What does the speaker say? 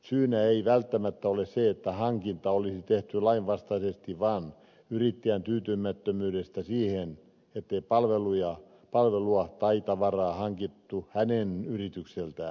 syynä ei välttämättä ole se että hankinta olisi tehty lainvastaisesti vaan se että yrittäjä on tyytymätön siihen ettei palvelua tai tavaraa hankittu hänen yritykseltään